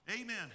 Amen